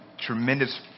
tremendous